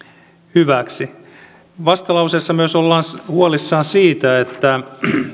hyväksi vastalauseessa myös ollaan huolissaan siitä että